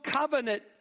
covenant